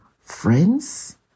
friends